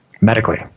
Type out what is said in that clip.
medically